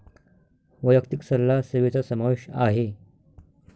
वैयक्तिक सल्ला सेवेचा समावेश आहे